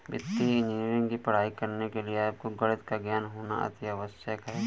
वित्तीय इंजीनियरिंग की पढ़ाई करने के लिए आपको गणित का ज्ञान होना अति आवश्यक है